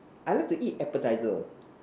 I like to eat appetizer